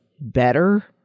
better